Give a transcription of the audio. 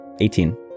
18